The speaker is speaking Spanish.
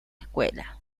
escuela